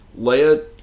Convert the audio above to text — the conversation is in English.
Leia